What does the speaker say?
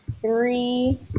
three